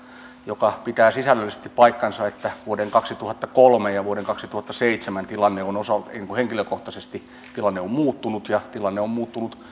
joka pitää sisällöllisesti paikkansa että vuoden kaksituhattakolme ja vuoden kaksituhattaseitsemän tilanne on henkilökohtaisesti muuttunut ja tilanne on muuttunut